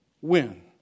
win